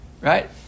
right